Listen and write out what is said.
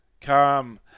Come